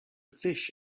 fish